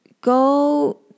go